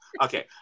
okay